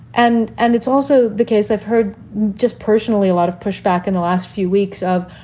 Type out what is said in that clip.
and and it's also the case. i've heard just personally a lot of pushback in the last few weeks of.